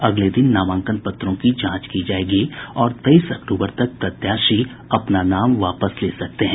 अगले दिन नामांकन पत्रों की जांच की जाएगी और तेईस अक्टूबर तक प्रत्याशी अपना नाम वापस ले सकते हैं